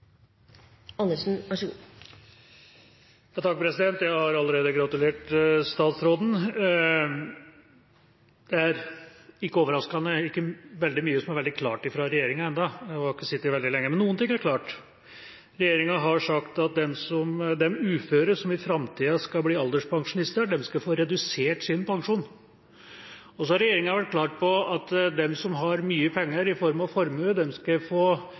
klart fra regjeringa ennå, den har ikke sittet veldig lenge, men noe er klart: Regjeringa har sagt at de uføre som i framtida skal bli alderspensjonister, skal få redusert sin pensjon. Så har regjeringa vært klar på at de som har mye penger i form av formue, skal få